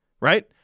right